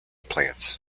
plants